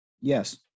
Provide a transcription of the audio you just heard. Yes